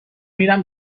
میرم